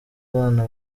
abana